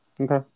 Okay